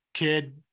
Kid